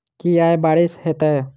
की आय बारिश हेतै?